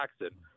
Jackson